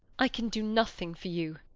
i can do nothing for you.